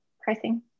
pricing